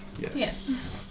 Yes